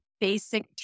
basic